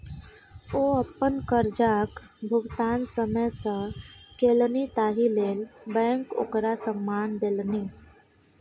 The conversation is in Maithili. ओ अपन करजाक भुगतान समय सँ केलनि ताहि लेल बैंक ओकरा सम्मान देलनि